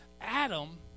Adam